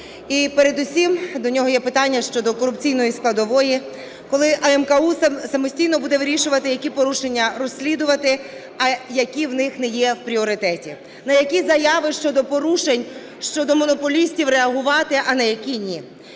І передусім до нього є питання щодо корупційної складової, коли АМКУ самостійно буде вирішувати, які порушення розслідувати, а які в них не є в пріоритеті. На які заяви щодо порушень щодо монополістів реагувати, а на які ні.